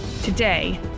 Today